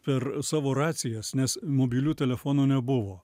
per savo racijas nes mobilių telefonų nebuvo